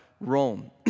Rome